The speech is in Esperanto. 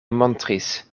montris